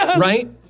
Right